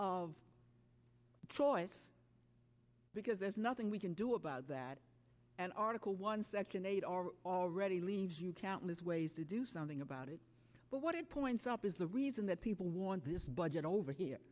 of choice because there's nothing we can do about that and article one section eight or already leaves you countless ways to do something about it but what it points up is the reason that people want this budget over here